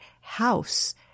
house